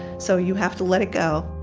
so you have to let it go.